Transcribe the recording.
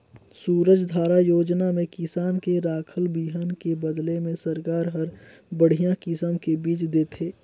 सूरजधारा योजना में किसान के राखल बिहन के बदला में सरकार हर बड़िहा किसम के बिज देथे